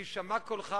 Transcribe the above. יישמע קולך,